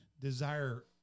desire